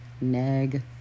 Neg